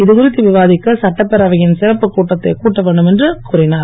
இது குறித்து விவாதிக்க சட்டப்பேரவையின் சிறப்புக் கூட்டத்தைக் கூட்ட வேண்டும் என்று அவர் கூறினார்